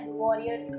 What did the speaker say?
warrior